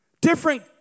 different